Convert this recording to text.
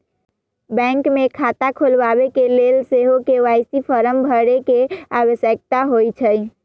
bank मे खता खोलबाबेके लेल सेहो के.वाई.सी फॉर्म भरे के आवश्यकता होइ छै